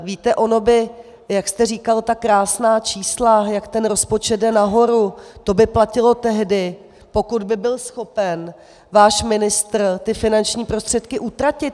Víte, ono by, jak jste říkal ta krásná čísla, jak ten rozpočet jde nahoru, to by platilo tehdy, pokud by byl schopen váš ministr ty finanční prostředky utratit.